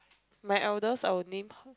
my eldest I will name